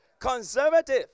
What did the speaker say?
conservative